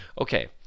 okay